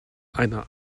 einer